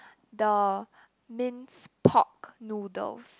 the minced pork noodles